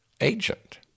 agent